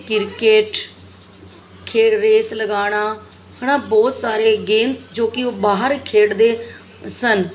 cricket ਖੈਰ race ਲਗਾਉਣਾ ਹੈ ਨਾ ਬਹੁਤ ਸਾਰੇ ਗੇਮਸ ਜੋ ਕਿ ਉਹ ਬਾਹਰ ਖੇਡਦੇ ਸਨ